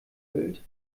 bild